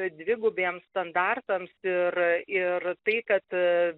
dvigubiems standartams ir ir tai kad